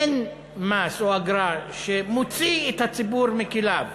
אין מס או אגרה שמוציא את הציבור מכליו,